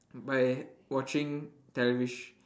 by watching televis~